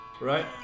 Right